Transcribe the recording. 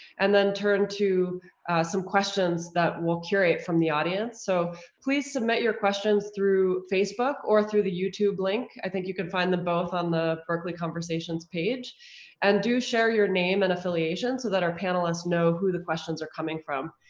and then turn to some questions that we'll curate from the audience. so please submit your questions through facebook or through the youtube link. i think you can find them both on the berkeley conversations page and do share your name and affiliation so that our panelists know who the questions are coming from.